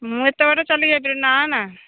ମୁଁ ଏତେ ବାଟ ଚାଲିକି ଯାଇପାରିବିନି ନା ନା